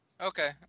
Okay